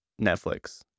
Netflix